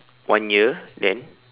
one year then